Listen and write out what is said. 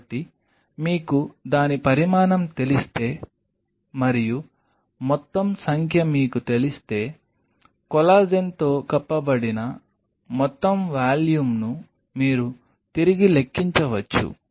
కాబట్టి మీకు దాని పరిమాణం తెలిస్తే మరియు మొత్తం సంఖ్య మీకు తెలిస్తే కొల్లాజెన్తో కప్పబడిన మొత్తం వాల్యూమ్ను మీరు తిరిగి లెక్కించవచ్చు